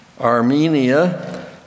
Armenia